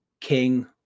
King